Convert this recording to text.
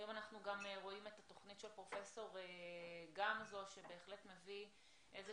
היום אנחנו גם רואים את התוכנית של פרופ' גמזו שבהחלט מביא איזה